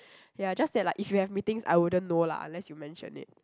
ya just that like if you have meetings I wouldn't know lah unless you mention it